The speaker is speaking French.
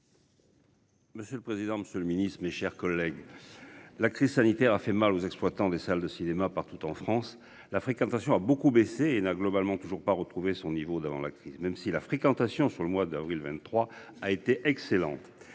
Monsieur le président, Monsieur le Ministre, mes chers collègues. La crise sanitaire a fait mal aux exploitants des salles de cinéma partout en France, la fréquentation a beaucoup baissé et n'a globalement toujours pas retrouvé son niveau d'avant la crise, même si la fréquentation sur le mois d'avril 23 a été excellente,